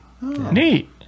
neat